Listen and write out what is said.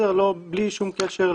כמו שאמרת,